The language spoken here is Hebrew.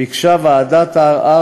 ועדת הערר